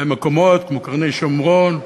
במקומות כמו קרני-שומרון,